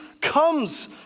comes